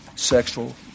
sexual